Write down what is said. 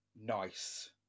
nice